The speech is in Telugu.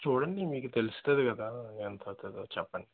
చూడండి మీకు తెలుస్తుంది కదా ఎంత అవుతుందో చెప్పండి